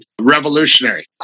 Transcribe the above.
revolutionary